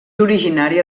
originària